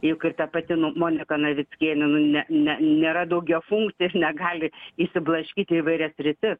juk ir ta pati nu monika navickienė nu ne ne nėra daugiafunkcė ir negali išsiblaškyt į įvairias sritis